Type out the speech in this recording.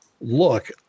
look